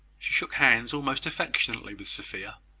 she shook hands almost affectionately with sophia.